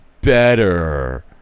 better